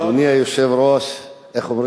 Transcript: אני לא הלכתי, אדוני היושב-ראש, איך אומרים?